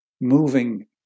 moving